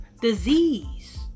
Disease